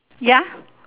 ya